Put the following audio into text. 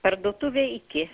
parduotuvėj iki